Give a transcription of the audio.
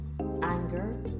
anger